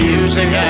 Music